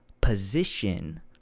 position